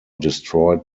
destroyed